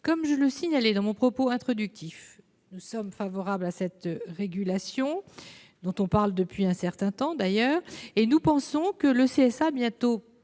Comme je le signalais dans mon propos introductif, nous sommes favorables à cette régulation, dont on parle depuis un certain temps d'ailleurs, et nous pensons que le CSA, qui